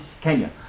Kenya